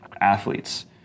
athletes